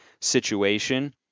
situation